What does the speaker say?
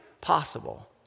possible